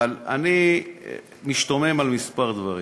אבל אני משתומם על כמה דברים.